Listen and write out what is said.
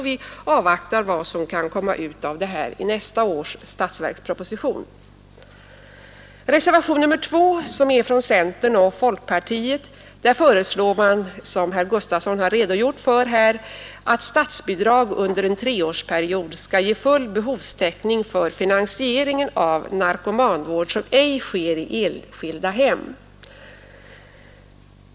Vi avvaktar vad som kan komma att föreslås i nästa års statsverksproposition. I reservationen 2, som avgivits av centerpartister och folkpartister, föreslår man, som herr Gustavsson i Alvesta redan redogjort för, att statsbidrag under en treårsperiod skall ge full behovstäckning för finansieringen av narkomanvård som ej sker i enskilda hem.